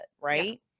right